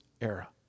era